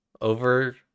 Over